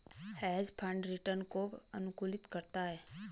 hedge fund return को अनुकूलित करता है